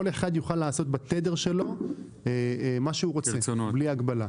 כל אחד יוכל לעשות בתדר שלו מה שהוא רוצה בלי הגבלה.